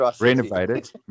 renovated